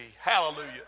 Hallelujah